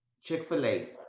chick-fil-a